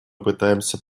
пытаемся